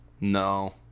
No